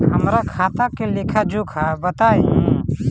हमरा खाता के लेखा जोखा बताई?